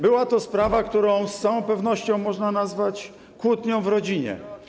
Była to sprawa, którą z całą pewnością można nazwać kłótnią w rodzinie.